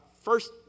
first